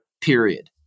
period